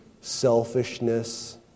selfishness